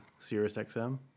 SiriusXM